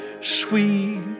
sweet